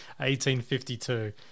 1852